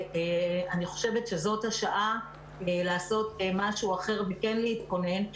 ואני חושבת שזאת השעה לעשות משהו אחר וכן להתכונן.